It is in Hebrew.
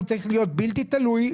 הוא צריך להיות בלתי תלוי,